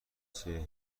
چهره